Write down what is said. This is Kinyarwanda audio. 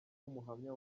umuhamya